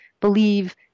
believe